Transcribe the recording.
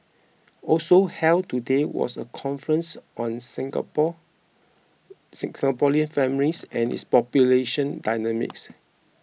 also held today was a conference on Singapor Singaporean families and its population dynamics